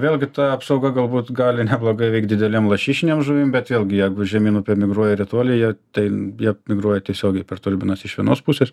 vėlgi ta apsauga galbūt gali neblogai veikt didelėm lašišinėm žuvim bet vėlgi jeigu žemyn upe migruoja ir į tolį jie tai jie migruoja tiesiogiai per turbinas iš vienos pusės